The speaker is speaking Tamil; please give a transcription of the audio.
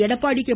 எடப்பாடி கே